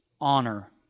Honor